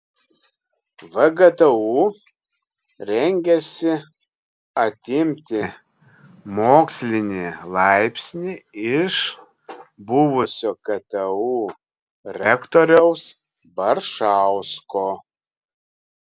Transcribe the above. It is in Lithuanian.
vgtu rengiasi atimti mokslinį laipsnį iš buvusio ktu rektoriaus baršausko